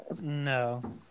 No